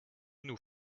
nous